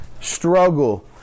struggle